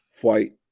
white